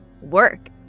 work